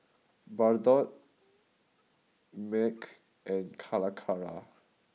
Bardot Mac and Calacara